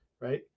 right